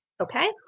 okay